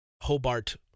Hobart